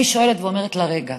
אני שואלת, אומרת לה: רגע,